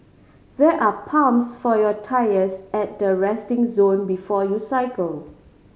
there are pumps for your tyres at the resting zone before you cycle